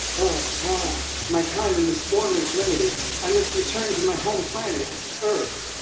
ah ah my time in this form is limited! i must return to my home planet earth!